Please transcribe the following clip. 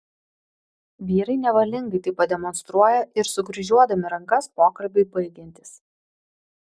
vyrai nevalingai tai pademonstruoja ir sukryžiuodami rankas pokalbiui baigiantis